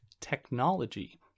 technology